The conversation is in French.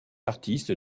artiste